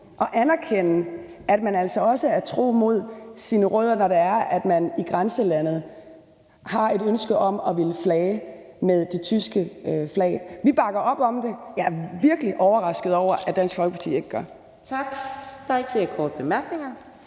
at anerkende, at man altså også er tro mod sine rødder, når det er sådan, at man i grænselandet har et ønske om at ville flage med det tyske flag. Vi bakker op om det – jeg er virkelig overrasket over, at Dansk Folkeparti ikke gør det. Kl. 10:42 Fjerde næstformand